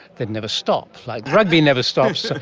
they never stop, like the rugby never stops.